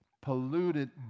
polluted